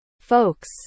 Folks